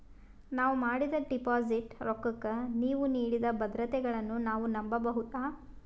ನಾವು ಮಾಡಿದ ಡಿಪಾಜಿಟ್ ರೊಕ್ಕಕ್ಕ ನೀವು ನೀಡಿದ ಭದ್ರತೆಗಳನ್ನು ನಾವು ನಂಬಬಹುದಾ?